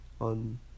on